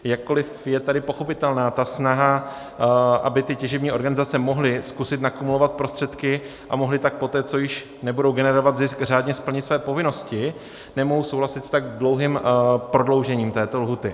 Jakkoliv je tady pochopitelná ta snaha, aby těžební organizace mohly zkusit nakumulovat prostředky a mohly tak poté, co již nebudou generovat zisk, řádně splnit své povinnosti, nemohu souhlasit s tak dlouhým prodloužením této lhůty.